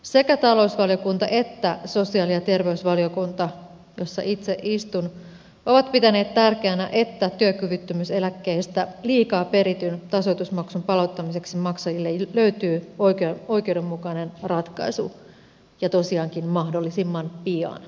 sekä talousvaliokunta että sosiaali ja terveysvaliokunta jossa itse istun ovat pitäneet tärkeänä että työkyvyttömyyseläkkeistä liikaa perityn tasoitusmaksun palauttamiseksi maksajille löytyy oikeudenmukainen ratkaisu ja tosiaankin mahdollisimman pian